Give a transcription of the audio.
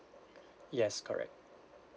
yes correct